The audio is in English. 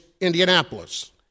Indianapolis